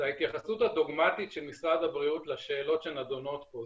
ההתייחסות הדוגמטית של משרד הבריאות לשאלות שנידונות פה.